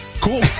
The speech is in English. Cool